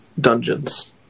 dungeons